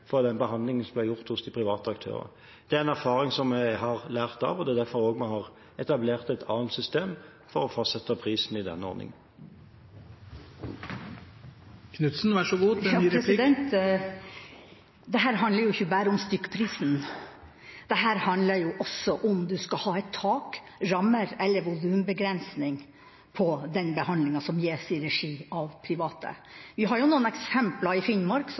for den behandlingen som ble gjort hos de private aktørene. Det er en erfaring som jeg har lært av, og det er også derfor vi har etablert et annet system for å fastsette prisen i denne ordningen. Dette handler jo ikke bare om stykkprisen, dette handler også om man skal ha tak, rammer eller volumbegrensning for den behandlinga som gis i regi av private. Vi har noen eksempler i Finnmark, som